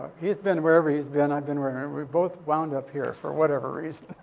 he's been wherever he's been. i've been wherever. we both wound up here for whatever reason.